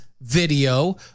video